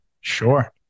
Sure